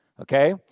Okay